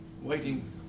waiting